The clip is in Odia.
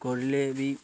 କିଲେ ବି